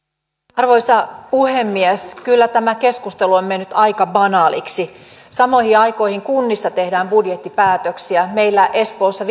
arvoisa puhemies kyllä tämä keskustelu on mennyt aika banaaliksi samoihin aikoihin kunnissa tehdään budjettipäätöksiä meillä espoossa